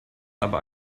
aber